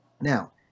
Now